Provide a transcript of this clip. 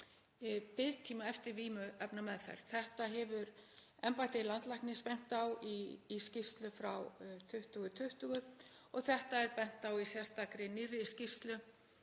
biðtíma eftir vímuefnameðferð. Þetta hefur embætti landlæknis bent á í skýrslu frá 2020 og þetta er bent á í sérstakri nýrri skýrslu